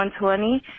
120